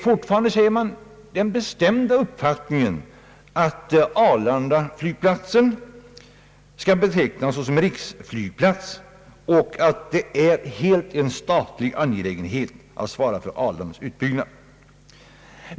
Man har den bestämda uppfattningen att Arlanda flygplats skall betecknas som riksflygplats och att det är helt en statlig angelägenhet att svara för Arlandas utbyggnad.